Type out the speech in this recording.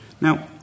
Now